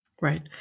Right